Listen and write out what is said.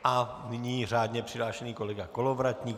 A nyní řádně přihlášený kolega Kolovratník.